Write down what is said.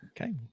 okay